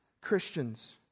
Christians